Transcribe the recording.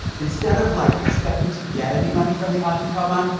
instead of like expecting to get any money from the afikoman,